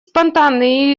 спонтанные